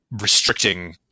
restricting